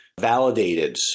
validated